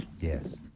Yes